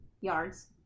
yards